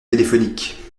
téléphoniques